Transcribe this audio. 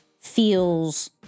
feels